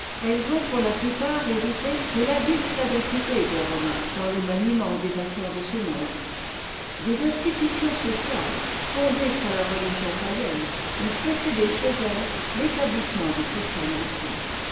elles ont pour la plupart hérité de l'habile sagacité des'romains dans le manieinent dés affaires de ce monde des institutions sociales fondées sur la religion patenne ont précédé chez ettes t'étabtissement'du christianisme